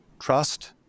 trust